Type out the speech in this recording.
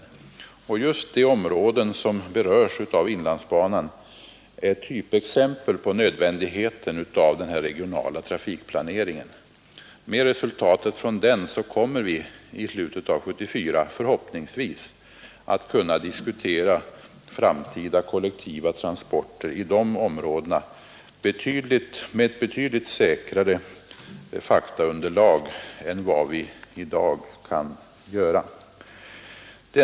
Och just de områden som berörs av inlandsbanan är typexempel på nödvändigheten av den här regionala trafikplaneringen. Med resultatet från den kommer vi i slutet av 1974 förhoppningsvis att kunna diskutera framtida kollektiva transporter i dessa områden med ett säkrare faktaunderlag än vi i dag har.